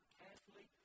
carefully